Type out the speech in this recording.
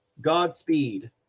Godspeed